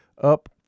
up